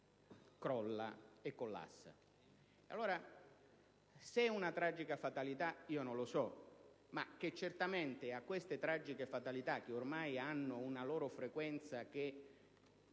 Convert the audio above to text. gladiatori collassa. Se è una tragica fatalità non lo so, ma certamente a queste tragiche fatalità - che ormai hanno una frequenza tale